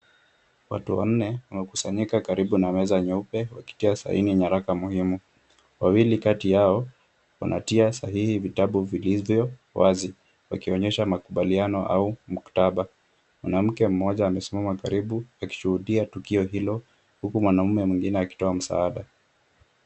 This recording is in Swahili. Watu wannne wamekusanyika karibu na meza nyeupe wakitia saini nyaraka muhimu. Wawili kati yao wanatia sahihi vitabu vilivyo wazi wakionyesha makubaliano au muktaba. Mwanamke mmoja amesimama karibu akishuhudia tukio hilo, huku mwanaume mwingine akitoa msaada.